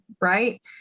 right